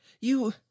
You—